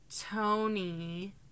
tony